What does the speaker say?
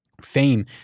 fame